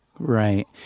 Right